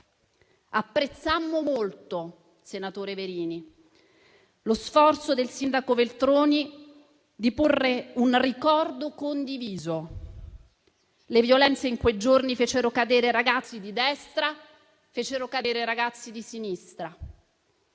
Apprezzammo molto, senatore Verini, lo sforzo del sindaco Veltroni di porre un ricordo condiviso. Le violenze in quei giorni fecero cadere ragazzi di destra, fecero cadere ragazzi di sinistra.